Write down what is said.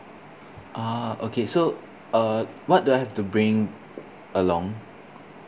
ah okay so uh what do I have to bring along